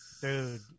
Dude